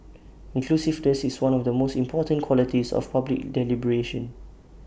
inclusiveness is one of the most important qualities of public deliberation